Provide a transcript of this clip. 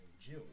June